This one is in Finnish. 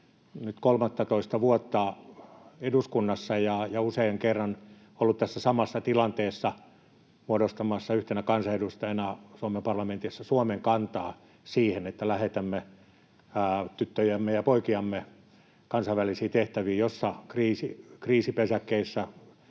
nyt 13:tta vuotta eduskunnassa ja useamman kerran ollut tässä samassa tilanteessa muodostamassa yhtenä kansanedustajana Suomen parlamentissa Suomen kantaa siihen, että lähetämme tyttöjämme ja poikiamme kansainvälisiin tehtäviin, joissa kriisipesäkkeissä,